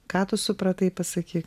ką tu supratai pasakyk